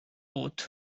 oath